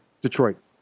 Detroit